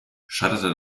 scheiterte